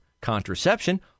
contraception